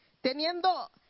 Teniendo